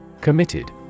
Committed